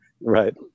right